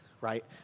right